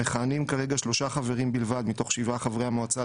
מכהנים כרגע שלושה חברים בלבד מתוך שבעה חברי המועצה.